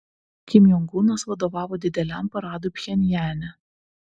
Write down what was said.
kim jong unas vadovavo dideliam paradui pchenjane